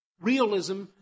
Realism